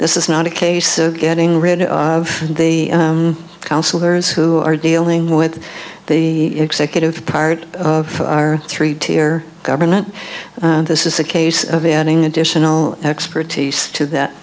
this is not a case of getting rid of the councillors who are dealing with the executive part of our three tier government this is a case of adding additional expertise to that